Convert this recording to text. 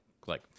Click